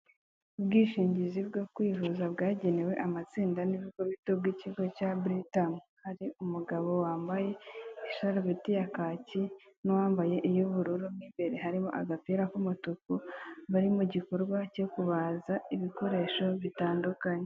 Ubwishingizi bwo kwivuza bwagenewe amatsinda bw'ikigo cya batowimu. Jari umugabo wambaye isarubeti n'uwambaye iy'ubururu, imbere harimo agapira k'umutuku, bari mu gikorwa cyo kubaza ibikoresho bitandukanye.